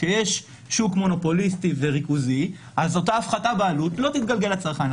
כשיש שוק מונופוליסטי וריכוזי אז אותה הפחתה בעלות לא תתגלגל לצרכן.